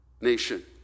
nation